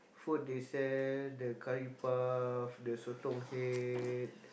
food they sell the curry-puff the sotong head